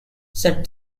set